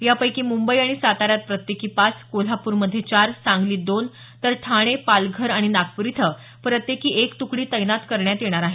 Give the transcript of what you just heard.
यापैकी मुंबई आणि साताऱ्यात प्रत्येकी पाच कोल्हापूरमध्ये चार सांगलीत दोन तर ठाणे पालघर आणि नागपूर इथं प्रत्येकी एक तुकडी तैनात करण्यात येणार आहे